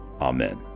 amen